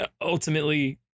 ultimately